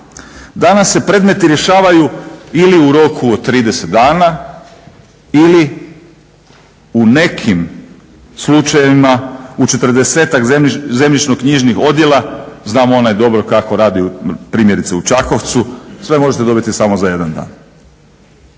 Danas se predmeti rješavaju ili u roku od 30 dana ili u nekim slučajevima u 40-ak zemljišno-knjižnih odjela, znam onaj dobro kako radi primjerice u Čakovcu, sve možete dobiti samo za jedan dan.